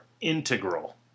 integral